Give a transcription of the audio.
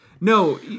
No